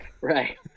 right